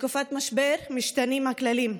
בתקופת משבר משתנים הכללים,